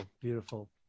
beautiful